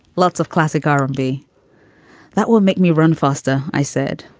lots of classic r and b that will make me run faster. i said.